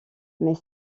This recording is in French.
mais